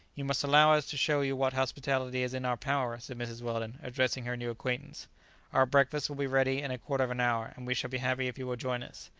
you must allow us to show you what hospitality is in our power, said mrs. weldon, addressing her new acquaintance our breakfast will be ready in a quarter of an hour, and we shall be happy if you will join us.